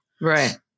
Right